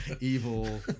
evil